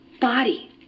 body